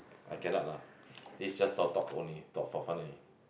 I cannot lah this just talk talk only talk for fun only